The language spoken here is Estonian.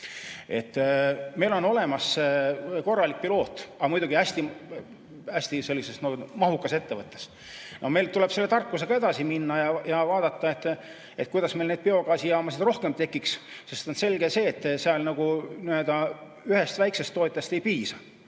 Meil on olemas korralik piloot[projekt], aga muidugi hästi mahukas ettevõttes. Meil tuleb selle tarkusega edasi minna ja vaadata, kuidas meil neid biogaasijaamasid rohkem tekiks, sest selge on see, et ühest väiksest tootjast ei piisa.